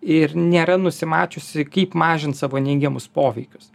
ir nėra nusimačiusi kaip mažint savo neigiamus poveikius